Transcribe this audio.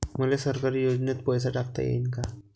मले सरकारी योजतेन पैसा टाकता येईन काय?